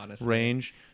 range